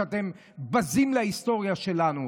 שאתם בזים להיסטוריה שלנו.